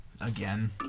Again